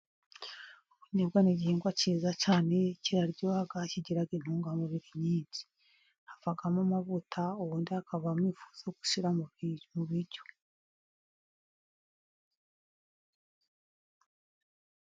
Ubunyobwa ni igihingwa cyiza cyane kiraryoha, kigira intungamubiri nyinshi ,havamo amavuta ubundi hakavamo amafu yo gushyira mu biryo.